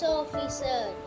officer